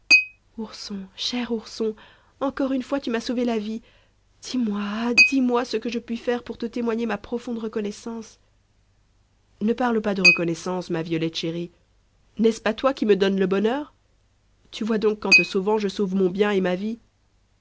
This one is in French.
ourson cher ourson encore une fois tu m'as sauvé la vie dis-moi ah dis-moi ce que je puis faire pour te témoigner ma profonde reconnaissance ne parle pas de reconnaissance ma violette chérie n'est-ce pas toi qui me donnes le bonheur tu vois donc qu'en te sauvant je sauve mon bien et ma vie